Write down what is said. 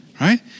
right